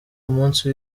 umunsi